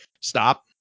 stop